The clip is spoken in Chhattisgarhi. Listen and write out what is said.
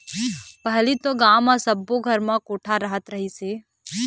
पहिली तो गाँव म सब्बो घर म कोठा रहत रहिस हे